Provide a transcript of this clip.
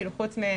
כ-70.